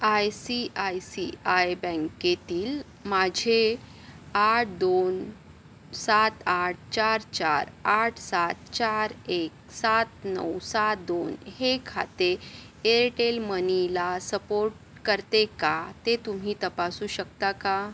I C I C I बँकेतील माझे आठ दोन सात आठ चार चार आठ सात चार एक सात नऊ सात दोन हे खाते एअरटेल मनीला सपोर्ट करते का ते तुम्ही तपासू शकता का